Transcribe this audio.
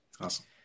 Awesome